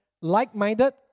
Like-minded